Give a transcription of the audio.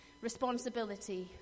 responsibility